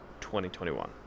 2021